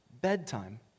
bedtime